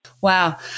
Wow